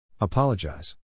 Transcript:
Apologize